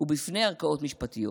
ובפני ערכאות משפטיות.